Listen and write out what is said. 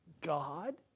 God